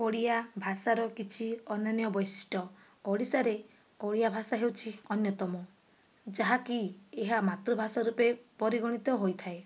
ଓଡ଼ିଆ ଭାଷାର କିଛି ଅନନ୍ୟ ବୈଶିଷ୍ଟ୍ୟ ଓଡ଼ିଶାରେ ଓଡ଼ିଆ ଭାଷା ହେଉଛି ଅନ୍ୟତମ ଯାହାକି ଏହା ମାତୃଭାଷା ରୂପେ ପରିଗଣିତ ହୋଇଥାଏ